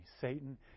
Satan